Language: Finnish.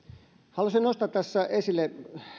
haluaisin nostaa tässä esille